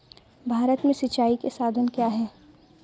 भारत में सिंचाई के साधन क्या है?